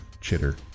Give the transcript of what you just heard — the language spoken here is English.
chitter